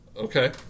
Okay